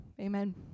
Amen